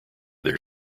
their